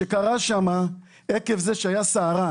שקרתה עקב זה שהייתה סערה,